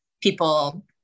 people